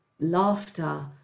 laughter